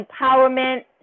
empowerment